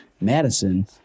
Madison